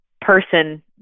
person